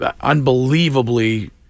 unbelievably